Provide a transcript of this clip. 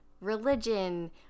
religion